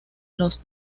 los